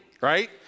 right